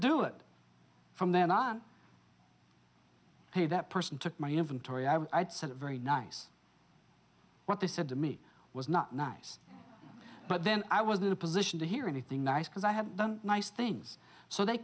do it from then on hey that person took my inventory i was very nice what they said to me was not nice but then i was in a position to hear anything nice because i have done nice things so they